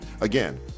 Again